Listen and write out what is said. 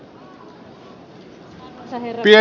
pieni hetki